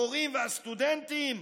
המורים והסטודנטים?